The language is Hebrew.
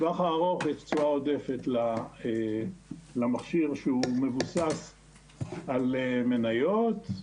לטווח הארוך יש תשואה עודפת למכשיר שהוא מבוסס על מניות,